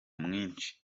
mwinshi